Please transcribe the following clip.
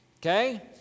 Okay